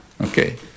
okay